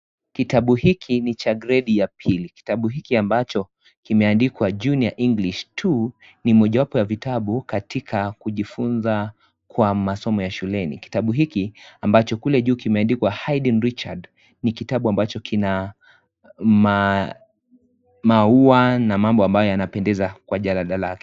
Kitabu hiki ni cha gredi ya pili kitabu hiki ambacho kimeandikwa (cs) junior English 2 (cs) ni mojawapo ya vitabu katika kujifunza kwa masomo ya shuleni. Kitabu hiki ambacho kule juu kimeandikwa Haydn Richard ni kitabu ambacho kina maua na mambo ambayo yanapendeza kwa jalada lake.